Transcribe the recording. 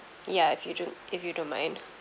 ya if you don't if you don't mind